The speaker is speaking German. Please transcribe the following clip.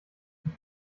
ich